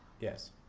yes